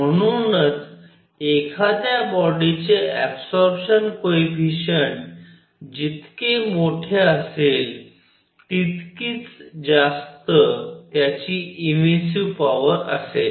म्हणूनच एखाद्या बॉडीचे ऍबसॉरपशन कोएफिशिएंट जितके मोठे असेल तितकीच ज्यास्त त्याची इमिसिव्ह पॉवर असेल